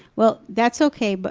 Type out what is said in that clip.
well, that's ok, but